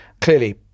Clearly